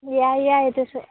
ꯌꯥꯏ ꯌꯥꯏ ꯑꯗꯨꯁꯨ